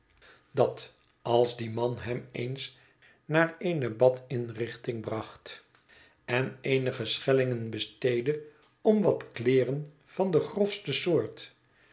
dat als die man hem eens naar eene badinrichting bracht en eenige schellingen besteedde om wat kleeren van de grofste soort